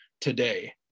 today